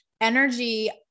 energy